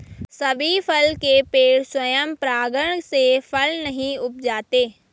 सभी फल के पेड़ स्वयं परागण से फल नहीं उपजाते